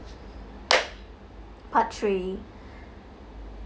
part three